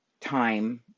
time